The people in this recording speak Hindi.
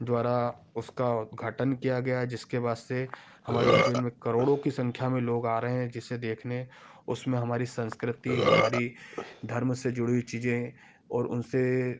द्वारा उसका उद्घाटन किया गया है जिसके वास्ते हमारे उज्जैन में करोड़ों की संख्या में लोग आ रहे हैं जिसे देखने उसमें हमारी संस्कृति हमारी धर्म से जुड़ी हुई चीजें और उनसे